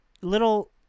little